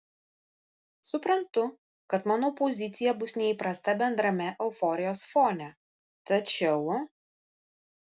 suprantu kad mano pozicija bus neįprasta bendrame euforijos fone tačiau